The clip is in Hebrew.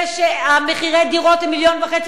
זה שמחירי הדירות הם 1.5 מיליון שקלים.